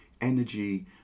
energy